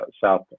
South